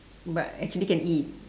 but actually can eat